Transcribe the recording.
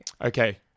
Okay